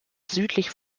südlich